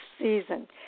season